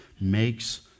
makes